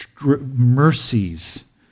mercies